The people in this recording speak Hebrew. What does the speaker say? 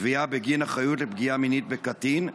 תביעה בגין אחריות לפגיעה מינית בקטין).